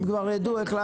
הן כבר יידעו איך לעשות.